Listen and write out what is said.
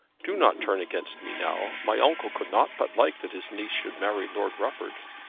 do not turn against me now. my uncle could not but like that his niece should marry lord rufford.